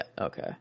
Okay